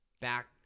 back